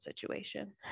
situation